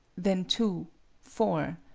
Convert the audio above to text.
then two four.